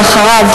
אחריו,